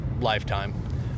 lifetime